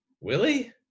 Willie